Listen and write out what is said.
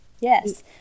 Yes